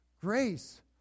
Grace